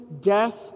death